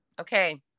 Okay